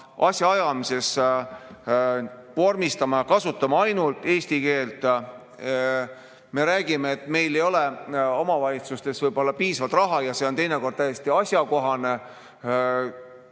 asjaajamises kasutama ainult eesti keelt. Me räägime, et meil ei ole omavalitsustes võib-olla piisavalt raha ja see on teinekord täiesti asjakohane